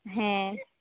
ᱦᱮᱸ